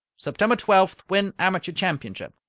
september twelfth win amateur championship.